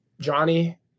Johnny